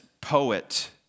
poet